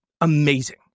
amazing